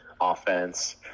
offense